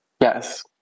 Yes